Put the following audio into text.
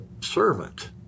servant